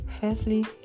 Firstly